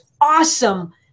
awesome